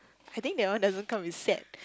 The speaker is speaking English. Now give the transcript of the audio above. I think that one doesn't come with set